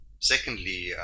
Secondly